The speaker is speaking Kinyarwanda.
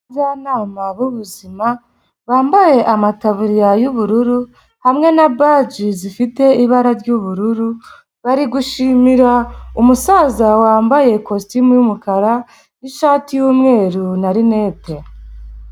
Abajyanama b'ubuzima bambaye amataburiya y'ubururu hamwe na baji zifite ibara ry'ubururu bari gushimira umusaza wambaye ikositimu y'umukara n'ishati y'umweru na rinete.